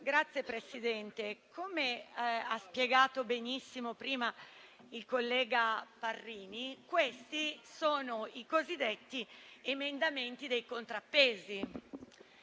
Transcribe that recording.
Signor Presidente, come ha spiegato benissimo prima il collega Parrini, quelli al nostro esame sono i cosiddetti emendamenti dei contrappesi.